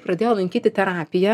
pradėjo lankyti terapiją